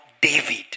David